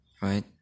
right